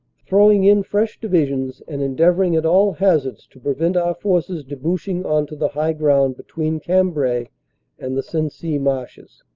throwing in fresh divisions and endeavoring at all hazards to prevent our forces debouching on to the high ground between cambrai and the sensee marshes.